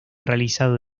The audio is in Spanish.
realizado